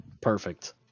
Perfect